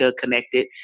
connected